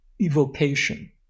evocation